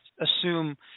assume